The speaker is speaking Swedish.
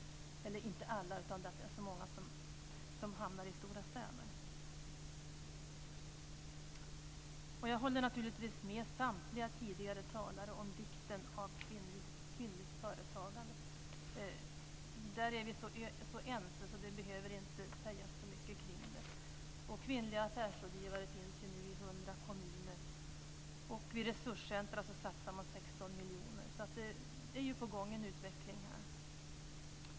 Det är lite synd att så många hamnar i stora städer. Jag håller naturligtvis med samtliga tidigare talare om vikten av kvinnligt företagande. Där är vi så ense, så det behöver inte sägas så mycket kring det. Kvinnliga affärsrådgivare finns nu i 100 kommuner. Vid resurscentrer satsar man 16 miljoner. En utveckling är alltså på gång här.